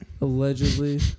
Allegedly